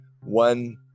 one